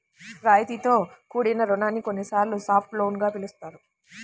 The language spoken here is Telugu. రాయితీతో కూడిన రుణాన్ని కొన్నిసార్లు సాఫ్ట్ లోన్ గా పిలుస్తారు